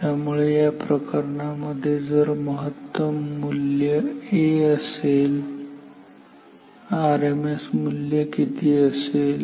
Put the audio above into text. त्यामुळे या प्रकरणांमध्ये जर महत्तम मूल्य A असेल आरएमएस मूल्य किती असेल